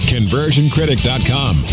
ConversionCritic.com